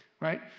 Right